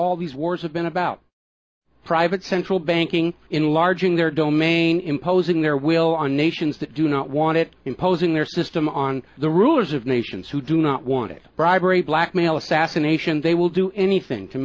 all these wars have been about private central banking enlarging their domain imposing their will on nations that do not want it imposing their system on the rulers of nations who do not want it bribery blackmail assassination they will do anything to